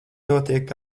notiek